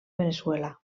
veneçuela